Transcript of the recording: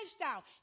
lifestyle